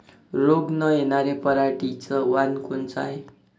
रोग न येनार पराटीचं वान कोनतं हाये?